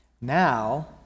Now